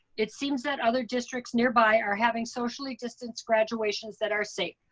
it seems that other districts nearby are having socially distanced graduations that are safe.